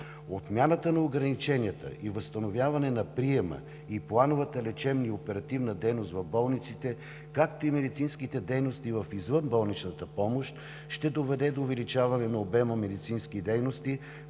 Отмяната на ограниченията и въстановяването на приема и плановата лечебна и оперативна дейност в болниците, както и медицинските дейности в извънболничната помощ ще доведе до увеличаване на обема на медицински дейности,